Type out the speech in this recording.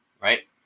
Right